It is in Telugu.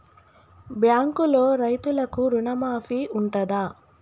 బ్యాంకులో రైతులకు రుణమాఫీ ఉంటదా?